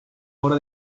hora